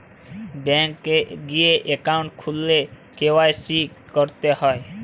bank এ গিয়ে account খুললে কে.ওয়াই.সি ক্যরতে হ্যয়